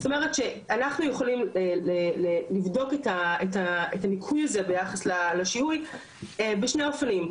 זאת אומרת שאנחנו יכולים לבדוק את הניכוי הזה ביחס לשיהוי בשני אופנים,